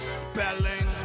spelling